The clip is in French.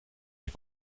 les